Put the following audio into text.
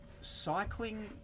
cycling